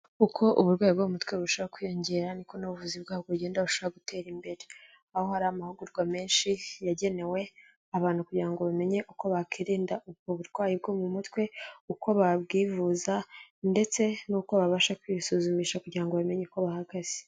Uko uburwayi bwo mumutwe burushaho kwiyongera ni ko n'ubuvuzi bwabwo bugenda burushaho gutera imbere, aho hari amahugurwa menshi yagenewe abantu kugira ngo bamenye uko bakwirinda ubwo burwayi bwo mu mutwe, uko babwivuza ndetse n'uko babasha kwisuzumisha kugira ngo bamenye uko bahagaze.